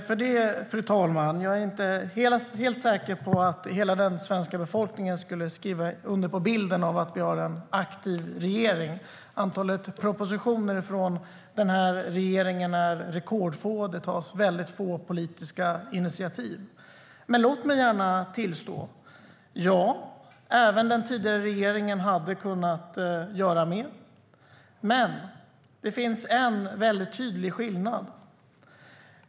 Fru talman! Jag är inte helt säker på att hela svenska befolkningen skulle dela bilden av att vi har en aktiv regering. Antalet propositioner från den här regeringen är rekordlågt, och det tas väldigt få politiska initiativ. Låt mig gärna tillstå att, ja, även den tidigare regeringen hade kunnat göra mer, men det finns en väldigt tydlig skillnad.